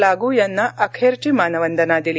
लागू यांना अखेरची मानवंदना दिली